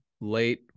late